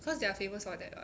cause they are famous for that [what]